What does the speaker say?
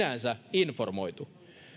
informoitu